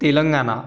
Telangana